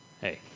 Hey